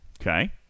Okay